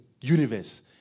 universe